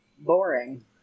boring